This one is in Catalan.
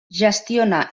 gestiona